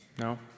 No